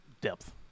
depth